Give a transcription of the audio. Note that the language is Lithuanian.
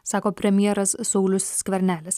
sako premjeras saulius skvernelis